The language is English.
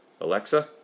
Alexa